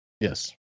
Yes